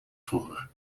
vroeger